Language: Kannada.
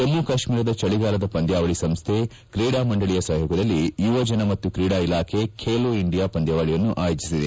ಜಮ್ಮು ಕಾಶ್ಮೀರದ ಚಳಿಗಾಲದ ಪಂದ್ಯಾವಳಿ ಸಂಸ್ಡೆ ಕ್ರೀಡಾ ಮಂಡಳಿಯ ಸಹಯೋಗದಲ್ಲಿ ಯುವಜನ ಮತ್ತು ಕ್ರೀಡಾ ಇಲಾಖೆ ಖೇಲೋ ಇಂಡಿಯಾ ಪಂದ್ಯಾವಳಿಯನ್ನು ಆಯೋಜಿಸಿದೆ